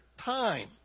time